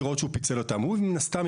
דעתו.